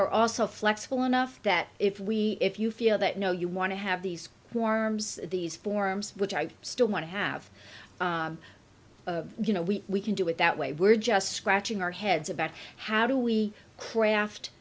are also flexible enough that if we if you feel that no you want to have these two arms these forms which i still want to have you know we can do it that way we're just scratching our heads about how do we craft